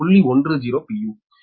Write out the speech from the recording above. u